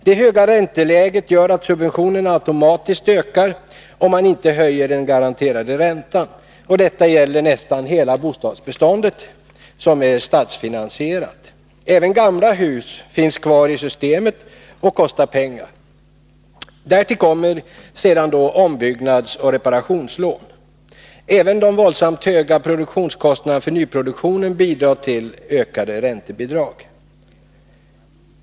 Det höga ränteläget gör att subventionerna automatiskt ökar om man inte höjer den garanterade räntan, och detta gäller nästan hela det bostadsbestånd som är statsfinansierat. Även gamla hus finns kvar i systemet och kostar pengar. Därtill kommer sedan ombyggnadsoch reparationslån. Även de våldsamt höga produktionskostnaderna för nyproduktionen bidrar till ökade räntebidrag.